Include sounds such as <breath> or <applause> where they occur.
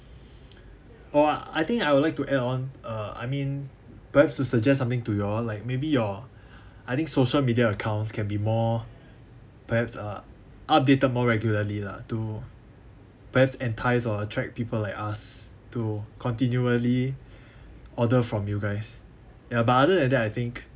oh I think I would like to add on uh I mean perhaps to suggest something to you all like maybe your <breath> I think social media account can be more perhaps uh updated more regularly lah to perhaps entice or attract people like us to continually <breath> order from you guys ya but other than that I think